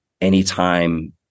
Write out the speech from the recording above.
Anytime